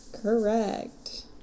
Correct